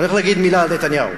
אני הולך להגיד מלה על נתניהו.